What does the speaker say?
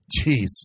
Jeez